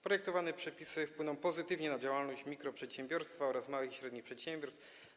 Projektowane przepisy wpłyną pozytywnie na działalność mikroprzedsiębiorstw oraz małych i średnich przedsiębiorstw.